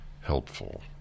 Helpful